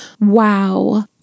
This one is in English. wow